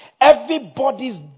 Everybody's